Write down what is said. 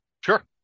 sure